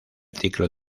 ciclo